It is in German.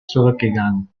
zurückgegangen